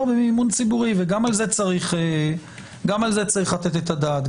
ממימון ציבורי וגם על זה צריך לתת את הדעת.